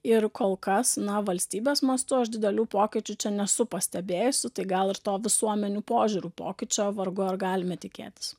ir kol kas na valstybės mastu aš didelių pokyčių čia nesu pastebėjusi tai gal ir to visuomenių požiūrio pokyčio vargu ar galime tikėtis